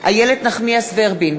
איילת נחמיאס ורבין,